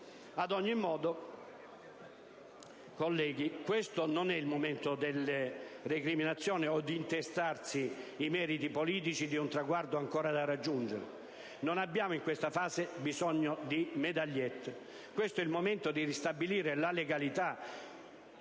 Ad ogni modo, colleghi, questo non è il momento delle recriminazioni o di intestarsi i meriti politici di un traguardo ancora da raggiungere. Non abbiamo in questa fase bisogno di medagliette. Questo è il momento di ristabilire la legalità